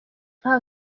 aha